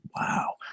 wow